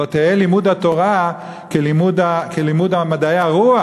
לא יהא לימוד התורה כלימוד מדעי הרוח?